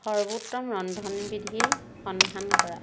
সৰ্বোত্তম ৰন্ধনবিধিৰ সন্ধান কৰা